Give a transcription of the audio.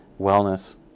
wellness